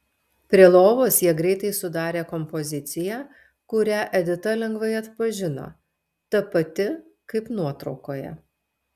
prie lovos jie greitai sudarė kompoziciją kurią edita lengvai atpažino ta pati kaip nuotraukoje